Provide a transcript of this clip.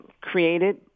created